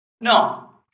No